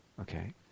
Okay